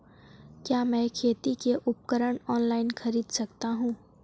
क्या मैं खेती के उपकरण ऑनलाइन खरीद सकता हूँ?